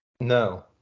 No